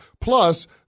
Plus